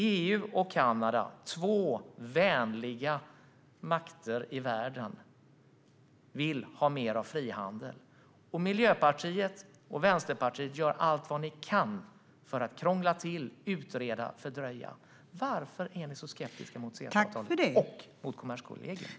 EU och Kanada - två vänliga makter i världen - vill ha mer av frihandel. Och Miljöpartiet och Vänsterpartiet gör allt vad de kan för att krångla till, utreda och fördröja. Varför är ni så skeptiska till CETA-avtalet och till Kommerskollegium?